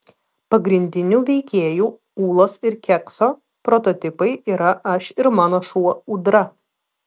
pagrindinių veikėjų ūlos ir kekso prototipai yra aš ir mano šuo ūdra